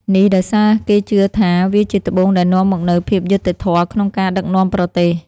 នេះដោយសារគេជឿថាវាជាត្បូងដែលនាំមកនូវភាពយុត្តិធម៌ក្នុងការដឹកនាំប្រទេស។